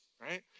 right